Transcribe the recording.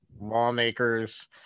lawmakers